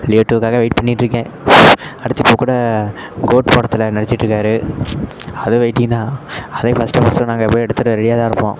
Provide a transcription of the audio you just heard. Leo டூவுக்காக wait பண்ணிட்டுருக்கேன் அடுத்து இப்போ கூட கோட் படத்தில் நடிச்சிட்டுருக்காரு அதுவும் வெயிட்டிங் தான் அதையும் ஃபர்ஸ்ட் டே ஃபர்ஸ்ட் ஷோ நாங்கள் போய் எடுத்துட்டு ரெடியாக தான் இருப்போம்